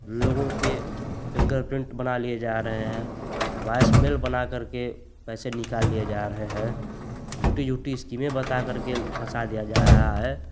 लोगों के fingerprint बना लिए जा रहे हैं वाइस मेल बना करके पैसे निकाल लिए जा रहे हैं झूठी झूठी स्कीमें बता करके फंसा दिया जा रहा है